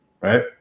Right